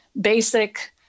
basic